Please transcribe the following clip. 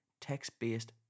text-based